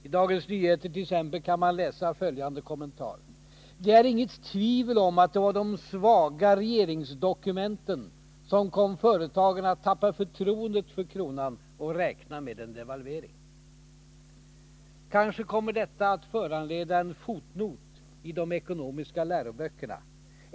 I Dagens Nyheter t.ex. kan man läsa följande kommentar: ”Det är inget tvivel om att det var de svaga regeringsdokumenten som kom företagen att tappa förtroendet för kronan och räkna med en devalvering.” Kanske kommer detta att föranleda en fotnot i de ekonomiska läroböckerna.